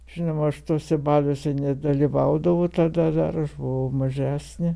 žinoma aš tuose baliuose nedalyvaudavau tada dar buvau mažesnė